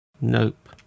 Nope